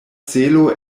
celo